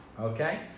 Okay